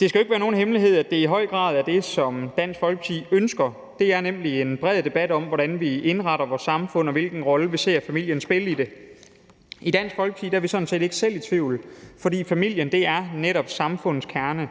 Det skal jo ikke være nogen hemmelighed, at det i høj grad er det, som Dansk Folkeparti ønsker, nemlig en bred debat om, hvordan vi indretter vores samfund, og hvilken rolle vi ser familien spille i det. I Dansk Folkeparti er vi sådan set ikke selv i tvivl, for familien er netop samfundets kerne.